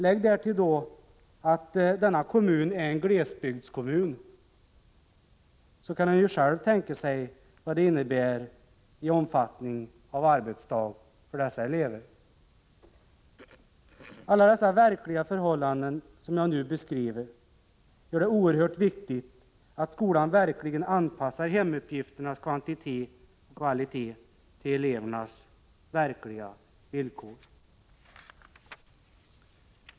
Lägg därtill att denna kommun är en glesbygdskommun, och då kan man själv tänka sig vad det innebär i omfattning av en arbetsdag för dessa elever. Alla dessa verkliga förhållanden som jag nu har beskrivit gör det oerhört viktigt att skolan anpassar hemuppgifternas kvantitet och kvalitet till elevernas reella villkor.